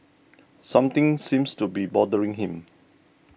something seems to be bothering him